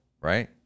right